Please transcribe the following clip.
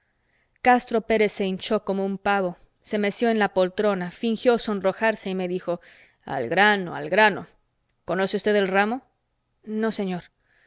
castro pérez se hinchó como un pavo se meció en la poltrona fingió sonrojarse y me dijo al grano al grano conoce usted el ramo no señor